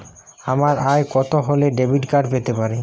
আমার আয় কত হলে ডেবিট কার্ড পেতে পারি?